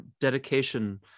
dedication